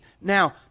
Now